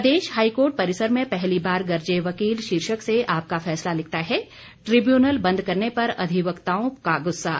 प्रदेश high court परिसर में पहली बार गरजे वकील शीर्षक से आपका फैसला लिखता है ट्रिब्यूनल बंद करने पर अधिवक्ताओं का गुस्सा